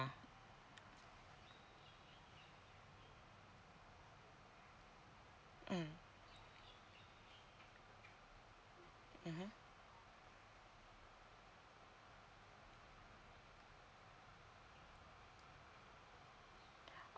mm mm